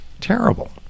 terrible